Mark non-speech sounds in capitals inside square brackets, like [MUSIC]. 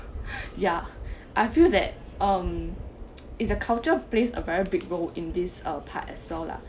[LAUGHS] ya I feel that um is a culture plays a very big role in this uh part as well lah